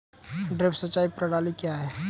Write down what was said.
Drip सिंचाई प्रणाली क्या है?